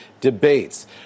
debates